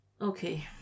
okay